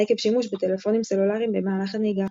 עקב שימוש בטלפונים סלולריים במהלך הנהיגה.